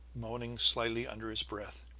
moaning slightly under his breath.